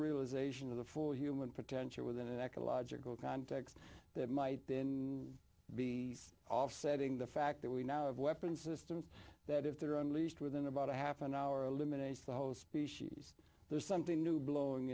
realization of the full human potential within an ecological context that might been be offsetting the fact that we now have weapons systems that if they're on least within about a half an hour limits the whole species there's something new blowing